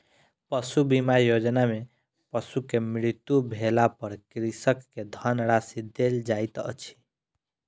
पशु बीमा योजना में पशु के मृत्यु भेला पर कृषक के धनराशि देल जाइत अछि